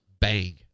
Bang